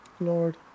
Lord